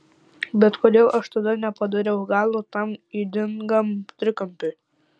bet kodėl aš tada nepadariau galo tam ydingam trikampiui